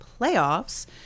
playoffs